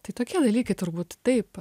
tai tokie dalykai turbūt taip